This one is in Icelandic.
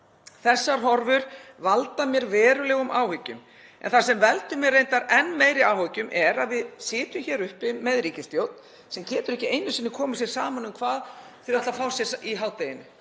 Þessar horfur valda mér verulegum áhyggjum, en það sem veldur mér reyndar enn meiri áhyggjum er að við sitjum hér uppi með ríkisstjórn sem getur ekki einu sinni komið sér saman um hvað þau ætla að fá sér í hádeginu,